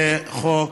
השר,